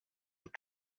your